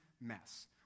mess